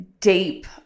deep